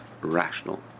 rational